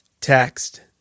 text